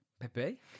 pepe